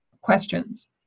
Questions